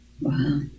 Wow